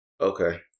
Okay